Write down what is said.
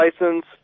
license